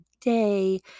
day